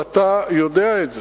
ואתה יודע את זה.